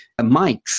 mics